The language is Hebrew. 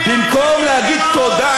במקום להגיד תודה